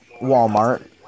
Walmart